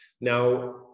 now